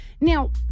Now